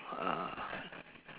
ah